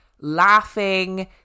laughing